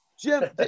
Jim